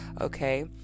Okay